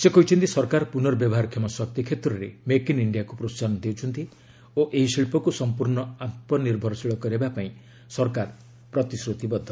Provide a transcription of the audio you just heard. ସେ କହିଛନ୍ତି ସରକାର ପୁର୍ନବ୍ୟବହାରକ୍ଷମ ଶକ୍ତି କ୍ଷେତ୍ରରେ ମେକ୍ ଇନ୍ ଇଣ୍ଡିଆକୁ ପ୍ରୋସାହନ ଦେଉଛନ୍ତି ଓ ଏହି ଶିଳ୍ପକୁ ସଂପୂର୍ଣ୍ଣ ଆତ୍ମନିର୍ଭରଶୀଳ କରାଇବା ପାଇଁ ସରକାର ପ୍ରତିଶ୍ରତିବଦ୍ଧ